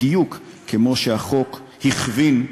בדיוק כמו שהחוק הכווין,